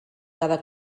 cada